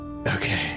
Okay